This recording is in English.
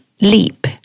Leap